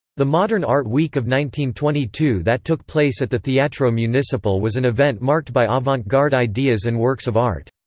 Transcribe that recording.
the modern art week of one twenty two that took place at the theatro municipal was an event marked by avant-garde ideas and works of art.